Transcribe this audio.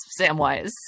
Samwise